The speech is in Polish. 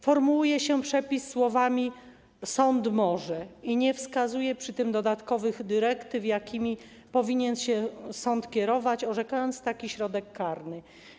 Formułuje się przepis ze słowami „sąd może” i nie wskazuje się przy tym dodatkowych dyrektyw, jakimi powinien się sąd kierować, orzekając taki środek karny.